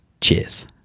Cheers